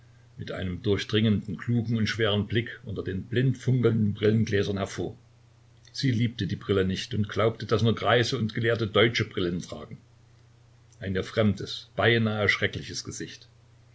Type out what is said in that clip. mit einem durchdringend klugen und schweren blick unter den blindfunkelnden brillengläsern hervor sie liebte die brille nicht und glaubte daß nur greise und gelehrte deutsche brillen tragen ein ihr fremdes beinahe schreckliches gesicht